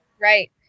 Right